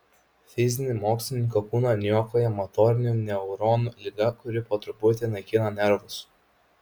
fizinį mokslininko kūną niokoja motorinių neuronų liga kuri po truputį naikina nervus